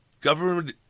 government